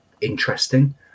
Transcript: interesting